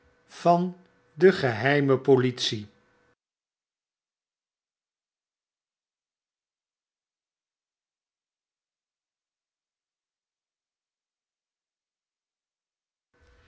polttie de geheime politie